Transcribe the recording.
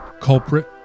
culprit